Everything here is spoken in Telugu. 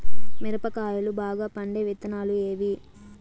మిరప కాయలు బాగా పండే విత్తనాలు ఏవి